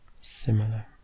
similar